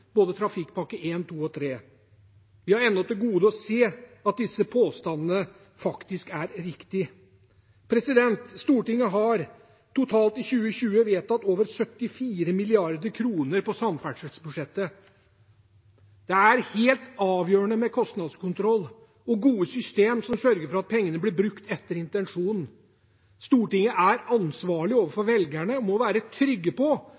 både trafikkpakke 1, 2 og 3. Vi har enda til gode å se at disse påstandene faktisk er riktige. Stortinget har totalt i 2020 vedtatt over 74 mrd. kr på samferdselsbudsjettet. Det er helt avgjørende med kostnadskontroll og gode system som sørger for at pengene blir brukt etter intensjonen. Stortinget er ansvarlig overfor velgerne og må være trygg på